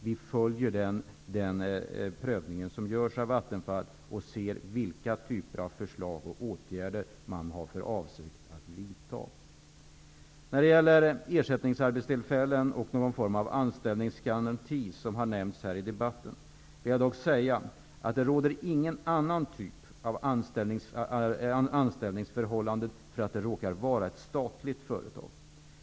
Vi följer den prövning som görs av Vattenfall och ser vilka typer av förslag som väcks och vilka åtgärder som man har för avsikt att vidta. När det gäller ersättningsarbetstillfällen och någon form av anställningsgaranti som har nämnts i debatten, vill jag dock säga att det inte råder någon annan typ av anställningsförhållande därför att det råkar vara ett statligt företag.